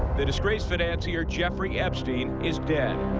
the disgraced financier jeffrey epstein is dead.